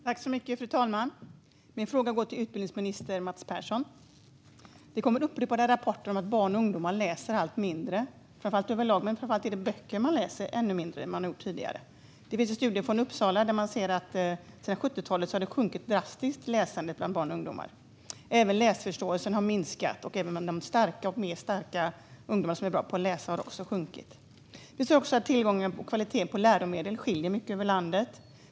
Fru talman! Min fråga går till utbildningsminister Mats Persson. Det kommer upprepade rapporter om att barn och ungdomar läser allt mindre överlag men framför allt böcker. En studie från Uppsala visar att läsandet bland barn och ungdomar sjunkit drastiskt sedan 70-talet. Även läsförståelsen har minskat, också bland lässtarka ungdomar. Det står också att tillgång och kvalitet på läromedel skiljer mycket över landet.